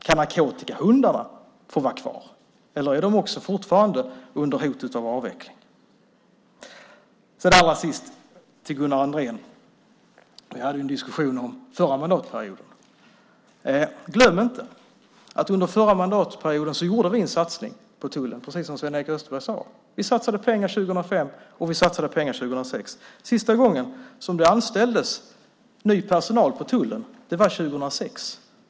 Kan narkotikahundarna vara kvar, eller befinner de sig fortfarande under hot om avveckling? Sist vill jag säga några ord till Gunnar Andrén. Vi hade en diskussion om förra mandatperioden. Glöm inte att under förra mandatperioden gjorde vi en satsning på tullen, precis som Sven-Erik Österberg sade. Vi satsade pengar 2005, och vi satsade pengar 2006. Sista gången som ny personal anställdes på tullen var 2006.